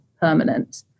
permanent